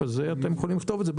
זה לא עולה לך עלות נוספת.